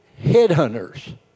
headhunters